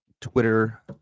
Twitter